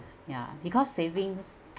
ya because savings